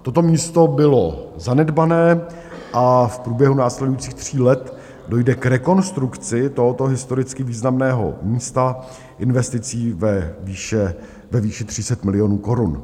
Toto místo bylo zanedbané a v průběhu následujících tří let dojde k rekonstrukci tohoto historicky významného místa investicí ve výši 30 milionů korun.